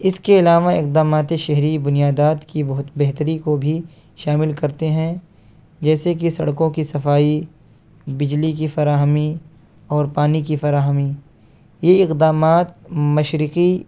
اس کے علاوہ اقدامات شہری بنیادات کی بہت بہتری کو بھی شامل کرتے ہیں جیسے کہ سڑکوں کی صفائی بجلی کی فراہمی اور پانی کی فراہمی یہ اقدامات مشرقی